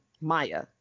Maya